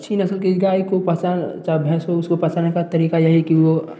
अच्छी नस्ल की गाय को पहचान चा भैंसों उसको पहचानने का तरीका यही की वो